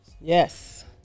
Yes